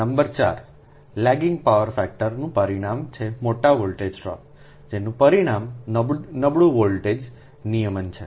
અને number 4 lagging power ફેક્ટરનું પરિણામ છે મોટા વોલ્ટેજ ડ્રોપ જેનું પરિણામ નબળું વોલ્ટેજ નિયમન છે